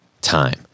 time